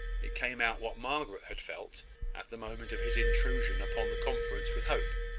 it came out what margaret had felt at the moment of his intrusion upon the conference with hope,